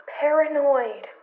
paranoid